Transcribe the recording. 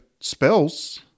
spells